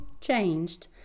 changed